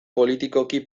politikoki